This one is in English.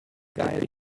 guy